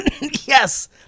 Yes